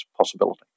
possibility